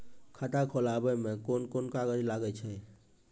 खाता खोलावै मे कोन कोन कागज लागै छै?